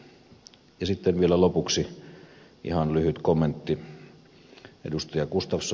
sitten vielä lopuksi ihan lyhyt kommentti ed